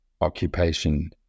occupation